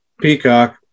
Peacock